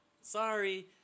sorry